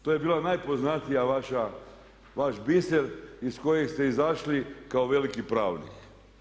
To je bila najpoznatija vaša, vaš biser iz kojeg ste izašli kao veliki pravnik.